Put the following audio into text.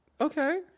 Okay